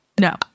No